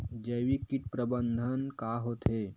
जैविक कीट प्रबंधन का होथे?